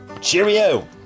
Cheerio